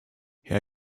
herr